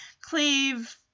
Cleve